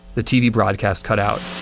the tv broadcast cut out